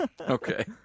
Okay